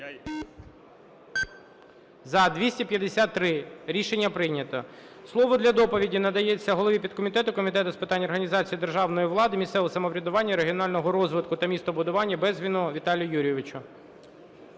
За-253 Рішення прийнято. Слово для доповіді надається голові підкомітету Комітету з питань організації державної влади, місцевого самоврядування, регіонального розвитку та містобудування Безгіну Віталію Юрійовичу.